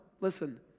listen